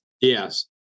yes